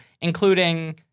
including